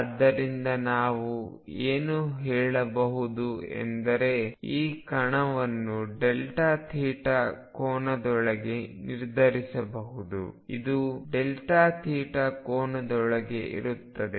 ಆದ್ದರಿಂದ ನಾವು ಏನು ಹೇಳಬಹುದು ಎಂದರೆ ಈ ಕಣವನ್ನು ಕೋನದೊಳಗೆ ನಿರ್ಧರಿಸಬಹುದು ಇದು ಕೋನದೊಳಗೆ ಇರುತ್ತದೆ